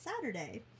Saturday